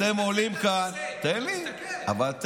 אתם עולים לכאן, ואתה מדבר, תסתכל בנושא.